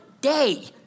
day